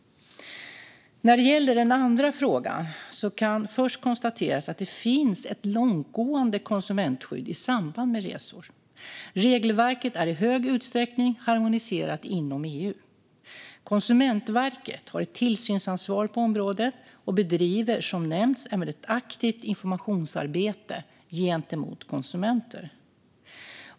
När det gäller den andra frågan kan först konstateras att det finns ett långtgående konsumentskydd i samband med resor. Regelverket är i hög utsträckning harmoniserat inom EU. Konsumentverket har ett tillsynsansvar på området och bedriver, som nämnts, även ett aktivt informationsarbete gentemot konsumenter.